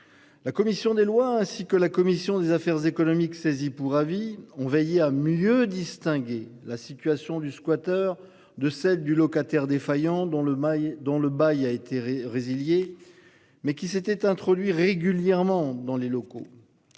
La commission des lois, ainsi que la commission des affaires économiques, saisie pour avis ont veillé à mieux distinguer la situation du squatteur de celle du locataire défaillant dont le mail dont le bail a été résilié, mais qui s'était introduit régulièrement dans les locaux.